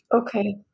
Okay